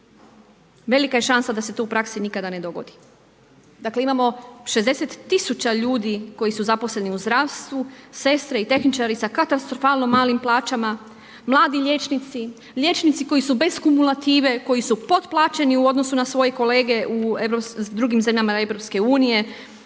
velika je šansa da se to u praksi nikada ne dogodi. Dakle imamo 60 000 ljudi koji su zaposleni u zdravstvu, sestre i tehničari sa katastrofalno malim plaćama, mladi liječnici, liječnici koji su bez kumulative, koji su potplaćeni u odnosu na svoje kolege u drugim zemljama EU